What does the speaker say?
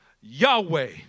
Yahweh